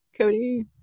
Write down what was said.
Cody